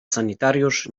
sanitariusz